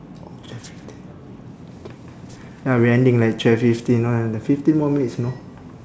oh twelve fifteen ya we ending like twelve fifteen know fifteen more minutes know